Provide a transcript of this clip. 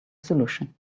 solution